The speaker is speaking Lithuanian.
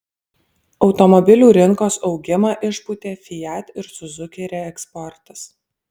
automobilių rinkos augimą išpūtė fiat ir suzuki reeksportas